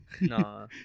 No